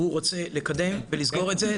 שהוא רוצה לקדם ו"לסגור" את זה.